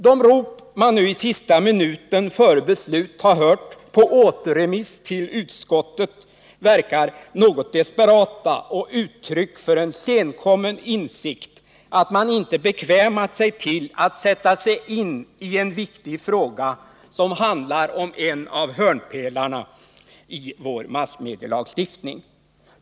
De rop man nu hör, i sista minuten före beslut, på återremiss till utskottet verkar något desperata och verkar vara uttryck för en senkommen insikt om att man inte bekvämat sig att sätta sig in i en viktig fråga, som handlar om en av hörnpelarna i vår massmedielagstiftning.